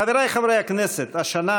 חבריי חברי הכנסת, השנה